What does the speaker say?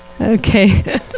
okay